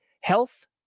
Health